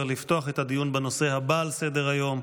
לפתוח את הדיון בנושא הבא על סדר-היום,